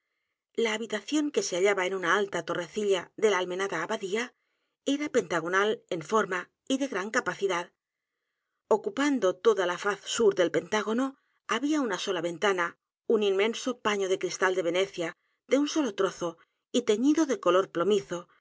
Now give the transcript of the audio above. la habitación que se hallaba en una alta torrecilla de la almenada abadía era pentagonal en forma y de g r a n capacidad ocupando toda la faz sur del pantágono había una sola ventana un inmenso paño de cristal de venecia de un solo trozo y teñido de color plomizo